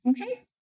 Okay